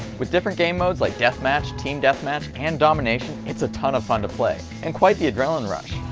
with different game modes like deathmatch, team deathmatch and domination, it's a ton of fun to play! and quite the adrenaline rush!